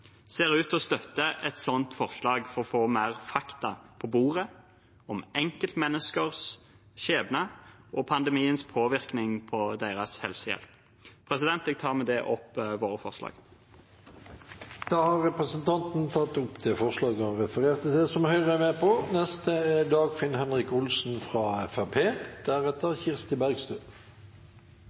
ser ut til å støtte et sånt forslag for å få mer fakta på bordet om enkeltmenneskers skjebne og pandemiens påvirkning på deres helsehjelp. Jeg tar med det opp forslaget Høyre er en del av. Representanten Aleksander Stokkebø har tatt opp det forslaget han refererte til. I disse tider, med